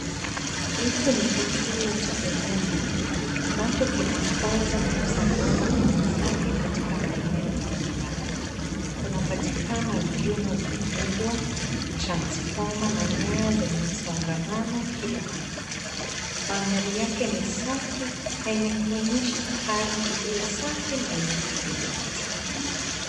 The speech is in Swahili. Hiki ni kituo cha umeme ambacho kinapooza na kusambaza nguvu zake katika maeneo mbalimbali. Kunapatikana vyuma vikubwa, transformer na nyaya zenye msongamano kila mahali. Mandhari yake ni safi na yenye kuonyesha kazi iliyo safi na yenye kudhibiti.